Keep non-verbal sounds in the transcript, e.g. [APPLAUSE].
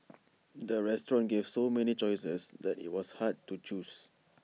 [NOISE] the restaurant gave so many choices that IT was hard to choose